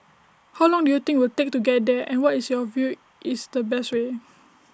how long do you think we'll take to get there and what is your view is the best way